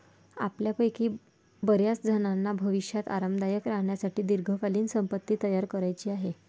आपल्यापैकी बर्याचजणांना भविष्यात आरामदायक राहण्यासाठी दीर्घकालीन संपत्ती तयार करायची आहे